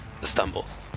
stumbles